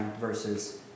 versus